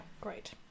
great